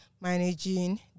managing